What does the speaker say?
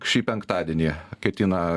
šį penktadienį ketina